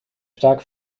stark